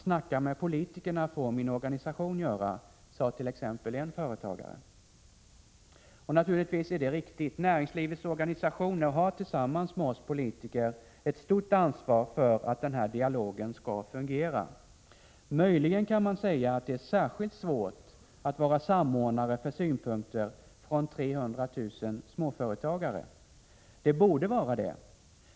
Snacka med politikerna får min organisation göra”, sade t.ex. en företagare. Naturligtvis är det riktigt. Näringslivets organisationer har tillsammans med oss politiker ett stort ansvar för att den här dialogen skall fungera. Möjligen kan man säga att det är särskilt svårt att vara samordnare för synpunkter från 300 000 småföretagare. Det borde vara det!